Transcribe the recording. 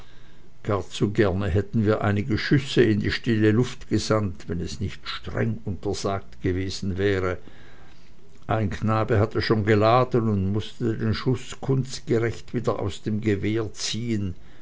gar zu gern hätten wir einige schüsse in die stille luft gesandt wenn es nicht streng untersagt gewesen wäre ein knabe hatte schon geladen und mußte den schuß kunstgerecht wieder aus dem gewehre ziehen